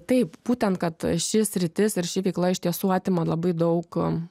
taip būtent kad ši sritis ir ši veikla iš tiesų atima labai daug